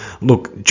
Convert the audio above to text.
Look